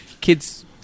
kids